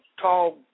tall